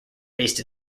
based